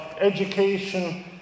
education